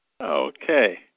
Okay